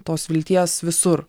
tos vilties visur